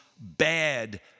bad